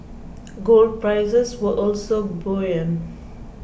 gold prices were also buoyant